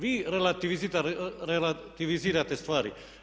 Vi relativizirate stvari.